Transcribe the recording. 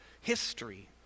history